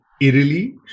eerily